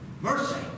mercy